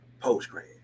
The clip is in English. post-grad